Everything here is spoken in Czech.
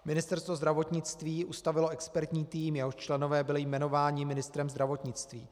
Ministerstvo zdravotnictví ustavilo expertní tým, jehož členové byli jmenováni ministrem zdravotnictví.